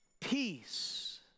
peace